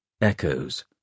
Echoes